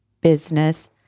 business